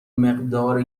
مقدار